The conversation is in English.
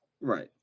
right